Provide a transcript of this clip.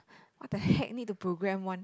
what the heck need to program one